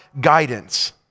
guidance